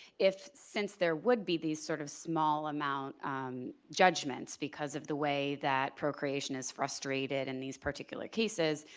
if since there would be these sort of small amount judgments, because of the way that procreation is frustrated in these particular cases,